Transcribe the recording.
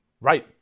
Right